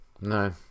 no